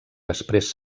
després